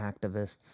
activists